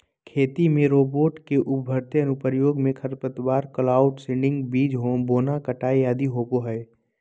खेती में रोबोट के उभरते अनुप्रयोग मे खरपतवार, क्लाउड सीडिंग, बीज बोना, कटाई आदि होवई हई